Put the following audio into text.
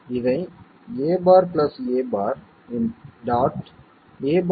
இதை a' a'